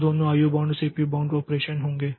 तो दोनों IO bound और सीपीयू बाउंड ऑपरेशन होंगे